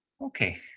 Okay